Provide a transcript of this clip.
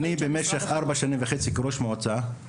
אני נמצא בתפקיד ראש המועצה כארבע וחצי שנים.